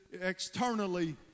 externally